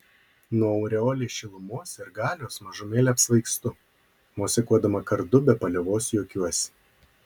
nuo aureolės šilumos ir galios mažumėlę apsvaigstu mosikuodama kardu be paliovos juokiuosi